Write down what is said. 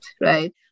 Right